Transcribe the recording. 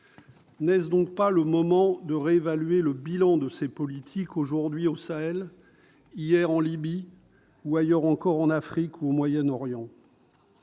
N'est-il pas temps de réévaluer le bilan de cette politique, aujourd'hui au Sahel, hier en Libye, ou ailleurs encore en Afrique ou au Moyen-Orient ?